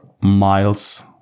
miles